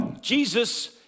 Jesus